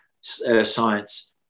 science